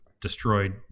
destroyed